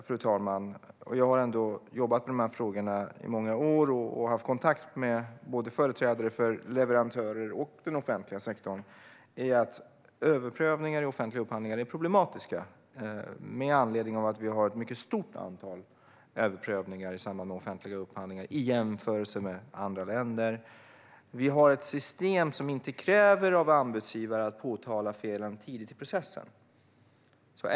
Min bild - och jag har jobbat med de här frågorna i många år och haft kontakt med både företrädare för leverantörer och den offentliga sektorn - är att överprövningar i offentliga upphandlingar är problematiska. Detta med anledning av att vi har ett mycket stort antal överprövningar i offentliga upphandlingar i jämförelse med andra länder. Vi har också ett system som inte kräver att anbudsgivaren påtalar felen tidigt i processen.